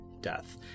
death